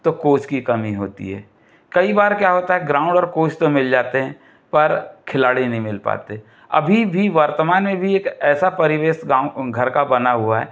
तो कोच की कमी होती है कई बार क्या होता है ग्राउंड और कोच तो मिल जाते हैं पर खिलाड़ी नहीं मिल पाते अभी भी वर्तमान में भी एक ऐसा परिवेश गाँव घर का बना हुआ है